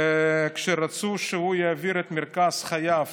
רצו שהוא יעביר את מרכז חייו